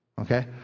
okay